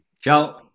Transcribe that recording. ciao